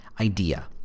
idea